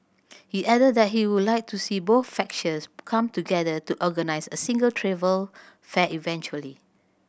he added that he would like to see both factions come together to organise a single travel fair eventually